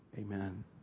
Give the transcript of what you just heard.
amen